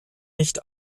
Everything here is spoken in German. nicht